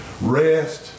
rest